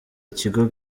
ikigo